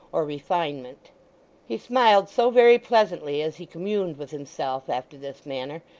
or refinement he smiled so very pleasantly as he communed with himself after this manner,